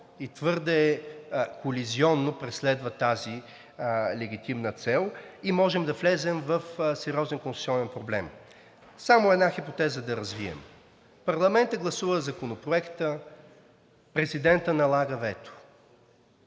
и твърде колизионно преследва тази легитимна цел и можем да влезем в сериозен конституционен проблем. Само една хипотеза да развием. Парламентът гласува Законопроекта, президентът налага вето.